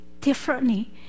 differently